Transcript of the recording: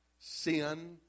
sin